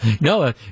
No